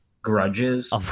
grudges